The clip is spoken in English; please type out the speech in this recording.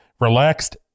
relaxed